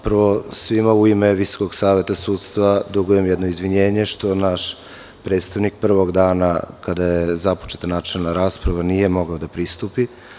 Prvo, svima u ime Visokog saveta sudstva dugujem jedno izvinjenje što naš predstavnik prvog dana, kada je započeta načelna rasprava, nije mogao da pristupi.